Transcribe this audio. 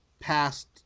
past